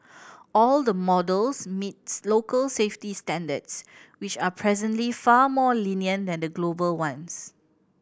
all the models meets local safety standards which are presently far more lenient than global ones